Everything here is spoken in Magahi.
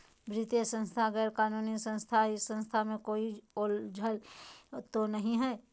वित्तीय संस्था गैर कानूनी संस्था है इस संस्था में कोई झोलझाल तो नहीं है?